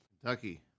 Kentucky